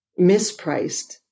mispriced